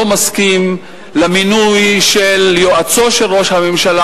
מסכים למינוי של יועצו של ראש הממשלה,